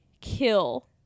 kill